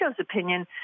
opinion